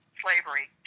slavery